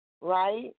right